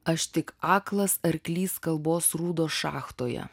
aš tik aklas arklys kalbos rūdos šachtoje